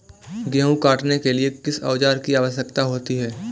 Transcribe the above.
गेहूँ काटने के लिए किस औजार की आवश्यकता होती है?